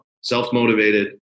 self-motivated